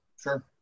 Sure